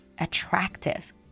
attractive